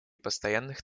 постоянных